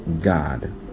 God